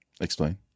explain